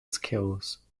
skills